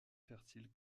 fertile